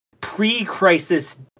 pre-Crisis